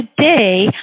today